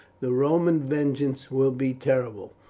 the roman vengeance will be terrible.